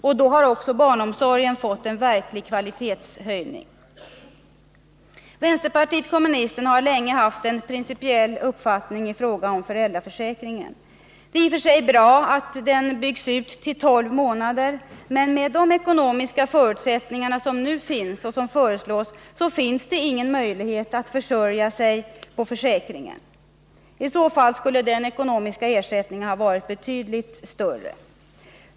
Och då har också barnomsorgen fått en verklig kvalitetshöjning. Vänsterpartiet kommunisterna har länge haft en principiell uppfattning i fråga om föräldraförsäkringen. Det är i och för sig bra att den byggs ut till tolv månader, men med de ekonomiska förutsättningar som nu förelhgger och som föreslås finns det ingen möjlighet att försörja sig på försäkringen. I så fall skulle den ekonomiska ersättningen ha behövt vara betydligt större.